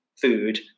food